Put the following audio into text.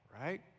right